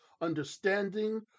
understanding